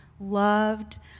loved